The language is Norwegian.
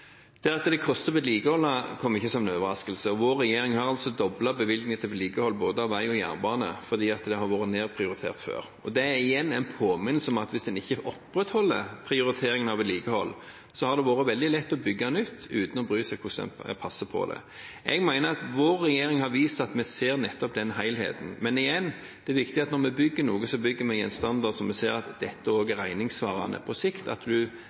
Det at det koster å vedlikeholde, kom ikke som en overraskelse, og vår regjering har doblet bevilgningene til vedlikehold av både vei og jernbane fordi det har vært nedprioritert før. Det er igjen en påminnelse om at hvis man ikke opprettholder prioriteringen av vedlikehold, er det veldig lett å bygge nytt uten å bry seg om hvordan man passer på det. Jeg mener at vår regjering har vist at vi ser den helheten. Men igjen: Det er viktig at når vi bygger noe, så bygger vi med en standard som vi ser er regningssvarende på sikt, og som vi vet at